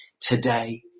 today